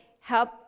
help